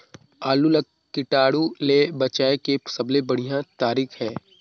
आलू ला कीटाणु ले बचाय के सबले बढ़िया तारीक हे?